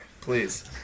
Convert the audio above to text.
please